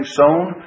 sown